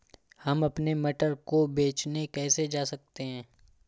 हम अपने मटर को बेचने कैसे जा सकते हैं?